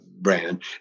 brand